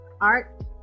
art